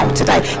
today